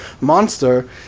monster